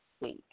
week